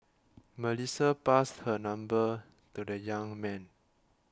Melissa passed her number to the young man